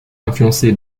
influencé